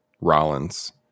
Rollins